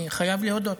אני חייב להודות.